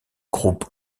groupe